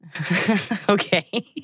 Okay